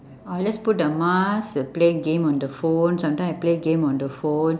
or just put a mask you play game on the phone sometime I play game on the phone